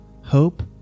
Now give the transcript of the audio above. hope